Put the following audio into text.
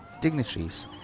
dignitaries